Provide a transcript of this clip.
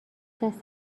دست